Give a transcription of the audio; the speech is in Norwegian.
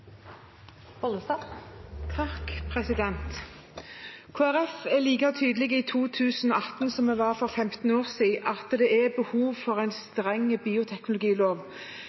er like tydelig i 2018 som vi var for 15 år siden, på at det er behov for en streng bioteknologilov,